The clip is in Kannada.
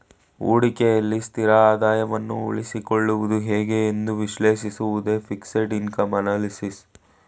ಹೂಡಿಕೆಯಲ್ಲಿ ಸ್ಥಿರ ಆದಾಯವನ್ನು ಉಳಿಸಿಕೊಳ್ಳುವುದು ಹೇಗೆ ಎಂದು ವಿಶ್ಲೇಷಿಸುವುದೇ ಫಿಕ್ಸೆಡ್ ಇನ್ಕಮ್ ಅನಲಿಸಿಸ್